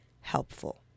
helpful